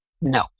No